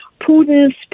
Putin's